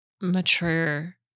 mature